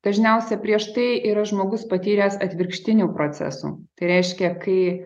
dažniausia prieš tai yra žmogus patyręs atvirkštinių procesų tai reiškia kai